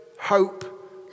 Hope